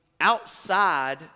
outside